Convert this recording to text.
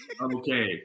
okay